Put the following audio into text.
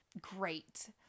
great